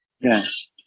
Yes